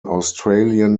australian